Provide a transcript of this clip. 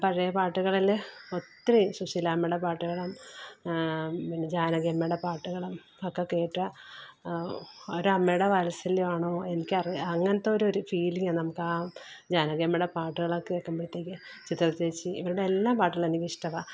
പഴയ പാട്ടുകളിൽ ഒത്തിരി സുശീലാമ്മയുടെ പാട്ടുകളാണ് പിന്നെ ജാനകി അമ്മേടെ പാട്ടുകളും ഒക്കെ കേട്ടാൽ ഒരമ്മയുടെ വാല്സല്യം ആണോ എനിക്കറിയില്ല അങ്ങനത്തൊരു ഒരു ഫീലീങ്ങാ നമുക്ക് ജാനകിയമ്മേടെ പാട്ടുകളൊക്കെ കേൾക്കുമ്പോഴത്തേക്ക് ചിത്ര ചേച്ചി ഇവരുടെ എല്ലാ പാട്ടുകൾ എനിക്കിഷ്ടവാണ്